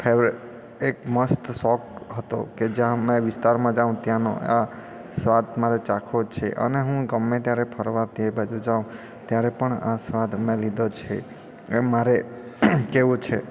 favourite એક મસ્ત શોખ હતો કે જ્યાં મેં વિસ્તારમાં જાઉં ત્યાંનું આ સ્વાદ મારે ચાખવો જ છે અને હું ગમે ત્યારે ફરવા તે બાજુ જાઉં ત્યારે આ સ્વાદ મેં લીધો છે એમ મારે કેવું છે